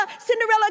Cinderella